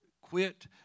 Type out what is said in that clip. Quit